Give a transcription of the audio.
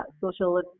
social